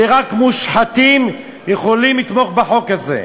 ורק מושחתים יכולים לתמוך בחוק הזה.